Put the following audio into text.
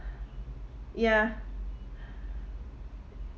ya